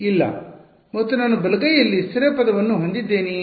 ಇಲ್ಲ ಮತ್ತು ನಾನು ಬಲಗೈ ಕಡೆ ಯಲ್ಲಿ ಸ್ಥಿರ ಪದವನ್ನು ಹೊಂದಿದ್ದೇನೆಯೇ